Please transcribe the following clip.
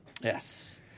Yes